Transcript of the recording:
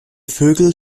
vögel